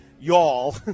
y'all